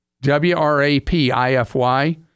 W-R-A-P-I-F-Y